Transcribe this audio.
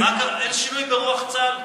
מה קרה, אין שינוי ברוח צה"ל?